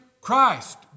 Christ